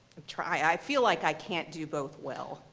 i'm trying, i feel like i can't do both well.